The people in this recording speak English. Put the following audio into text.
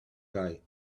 guy